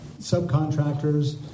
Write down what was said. subcontractors